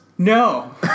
No